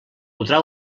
podrà